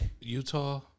Utah